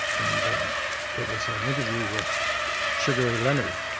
and it was an interview with sugar ray leonard.